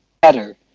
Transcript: better